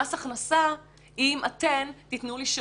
במס הכנסה אם אתן תיתנו לי שירותים.